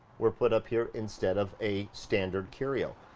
were put up here instead of a standard curio.